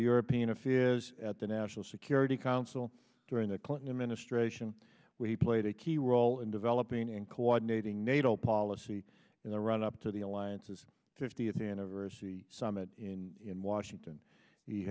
european a fee is at the national security council during the clinton administration when he played a key role in developing and coordinating nato policy in the run up to the alliances fiftieth anniversary summit in washington he